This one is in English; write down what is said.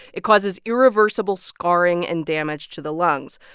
it causes irreversible scarring and damage to the lungs.